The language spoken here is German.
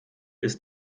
ist